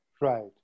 Right